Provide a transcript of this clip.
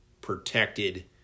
protected